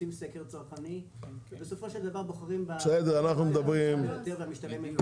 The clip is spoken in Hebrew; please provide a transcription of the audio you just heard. עושים סקר צרכני ובסופו של דבר בוחרים בחברה בה משתלם להם.